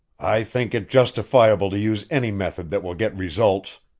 i think it justifiable to use any method that will get results,